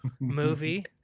movie